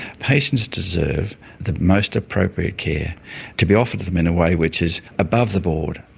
patients deserve the most appropriate care to be offered to them in a way which is above the board,